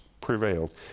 prevailed